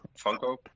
Funko